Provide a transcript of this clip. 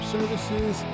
Services